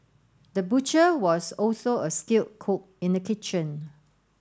the butcher was also a skilled cook in the kitchen